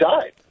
died